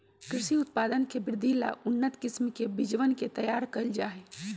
कृषि उत्पाद के वृद्धि ला उन्नत किस्म के बीजवन के तैयार कइल जाहई